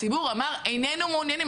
הציבור אמר: איננו מעוניינים,